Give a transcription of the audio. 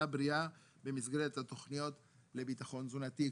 בריאה במסגרת התוכניות לביטחון תזונתי.